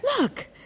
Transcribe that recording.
Look